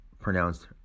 pronounced